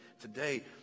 today